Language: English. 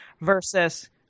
versus